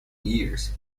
years